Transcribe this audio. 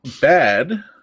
bad